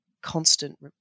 constant